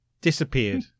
Disappeared